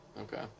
Okay